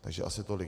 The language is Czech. Takže asi tolik.